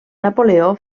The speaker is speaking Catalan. napoleó